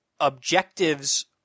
objectives